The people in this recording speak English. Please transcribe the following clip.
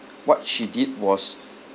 what she did was